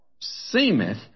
seemeth